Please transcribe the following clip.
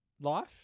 life